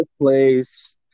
place